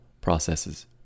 processes